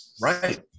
Right